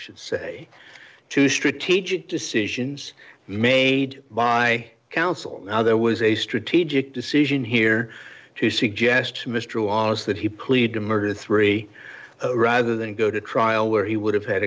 should say to strategic decisions made by counsel now there was a strategic decision here to suggest mr was that he plead to murder three rather than go to trial where he would have had